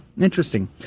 Interesting